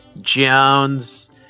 Jones